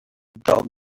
dog